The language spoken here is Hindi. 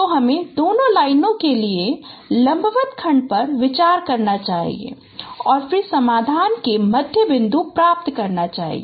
तो हमें दोनों लाइनों के लिए लंबवत खंड पर विचार करना चाहिए और फिर समाधान के मध्य बिंदु प्राप्त करना चाहिए